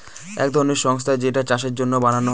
এক ধরনের সংস্থা যেইটা চাষের জন্য বানানো হয়